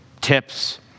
tips